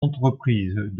entreprises